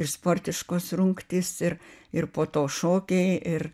ir sportiškos rungtys ir ir po to šokiai ir